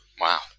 Wow